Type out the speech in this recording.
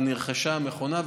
ונרכשה המכונה,